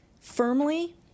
Firmly